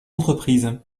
entreprise